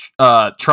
Trump